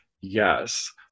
yes